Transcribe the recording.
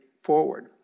forward